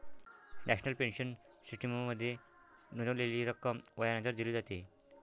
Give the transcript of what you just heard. national pension सिस्टीममध्ये नोंदवलेली रक्कम वयानंतर दिली जाते